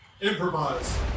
Improvise